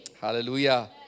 hallelujah